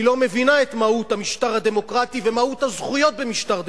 היא לא מבינה את מהות המשטר הדמוקרטי ומהות הזכויות במשטר דמוקרטי.